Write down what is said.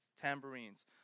tambourines